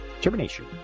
Termination